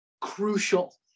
crucial